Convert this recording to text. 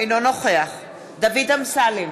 אינו נוכח דוד אמסלם,